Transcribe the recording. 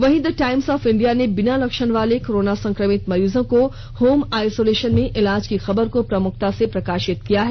वहीं the Times of India ने बिना लक्षण वाले कोरोना संक्रमित मरीजों को होम आइसोलेशन में इलाज की खबर को प्रमुखता से प्रकाशित किया है